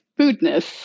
foodness